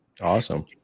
Awesome